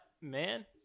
man